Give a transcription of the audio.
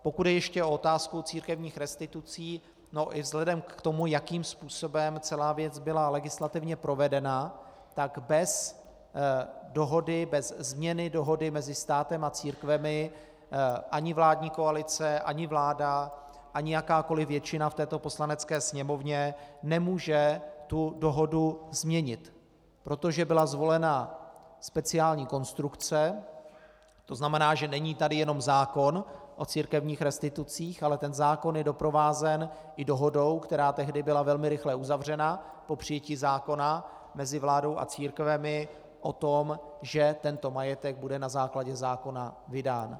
Pokud jde ještě o otázku církevních restitucí, i vzhledem k tomu, jakým způsobem celá věc byla legislativně provedena, tak bez dohody, bez změny dohody mezi státem a církvemi ani vládní koalice, ani vláda, ani jakákoliv většina v této Poslanecké sněmovně nemůže tu dohodu změnit, protože byla zvolena speciální konstrukce, to znamená, že není tady jenom zákon o církevních restitucích, ale ten zákon je doprovázen i dohodou, která tehdy byla velmi rychle uzavřena po přijetí zákona mezi vládou a církvemi o tom, že tento majetek bude na základě zákona vydán.